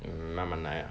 hmm 慢慢来 lah